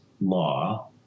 law